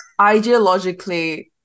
ideologically